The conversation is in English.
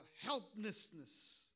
helplessness